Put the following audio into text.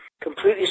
completely